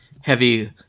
heavy